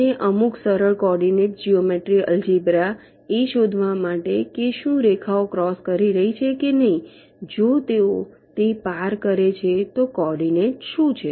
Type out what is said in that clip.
અને અમુક સરળ કોઓર્ડિનેટ જિયૉમેટ્રી એલ્જિબ્રા એ શોધવા માટે કે શું રેખાઓ ક્રોસ કરી રહી છે કે નહીં જો તેઓ તે પાર કરે છે તો કોઓર્ડિનેટ શું છે